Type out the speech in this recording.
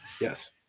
Yes